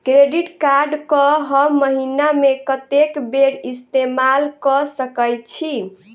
Credit card कऽ हम महीना मे कत्तेक बेर इस्तेमाल कऽ सकय छी?